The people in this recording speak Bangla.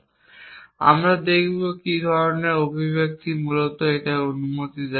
এবং আমরা দেখব কী ধরণের অভিব্যক্তি আমাদেরকে মূলত অনুমতি দেয়